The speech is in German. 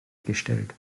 gestellt